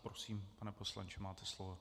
Prosím, pane poslanče, máte slovo.